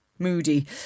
Moody